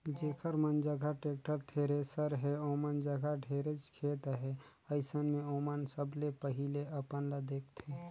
जेखर मन जघा टेक्टर, थेरेसर हे ओमन जघा ढेरेच खेत अहे, अइसन मे ओमन सबले पहिले अपन ल देखथें